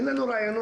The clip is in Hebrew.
אין לנו רעיונות,